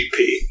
GP